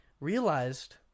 realized